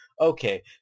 okay